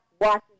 watching